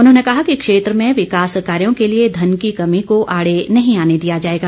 उन्होंने कहा कि क्षेत्र में विकास कार्यो के लिए धन की कमी को आडे नहीं आने दिया जाएगा